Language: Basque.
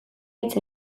hitz